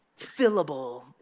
fillable